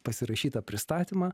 pasirašytą pristatymą